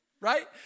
Right